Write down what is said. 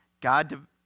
God